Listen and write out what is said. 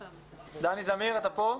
דני זמיר, אתה פה?